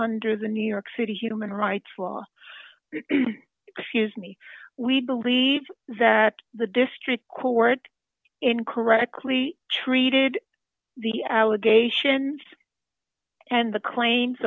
under the new york city human rights will excuse me we believe that the district court incorrectly treated the allegations and the claims